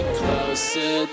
closer